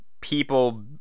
people